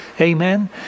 Amen